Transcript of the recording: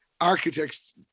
architects